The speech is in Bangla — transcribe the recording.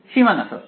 সীমানা শর্ত